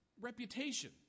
reputation